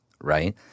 Right